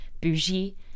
bougie